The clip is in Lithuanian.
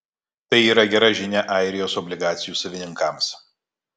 tai yra gera žinia airijos obligacijų savininkams